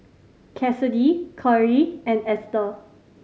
Cassidy Korey and Esther